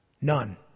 None